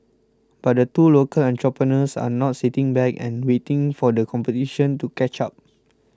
but the two local entrepreneurs are not sitting back and waiting for the competition to catch up